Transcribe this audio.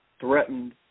threatened